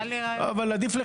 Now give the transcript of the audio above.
עדיף,